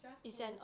just go